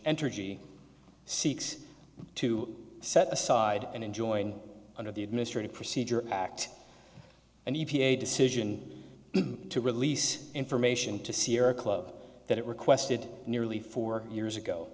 entergy seeks to set aside and enjoy under the administrative procedure act and e p a decision to release information to sierra club that it requested nearly four years ago